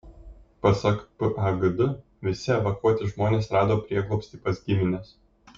pasak pagd visi evakuoti žmonės rado prieglobstį pas gimines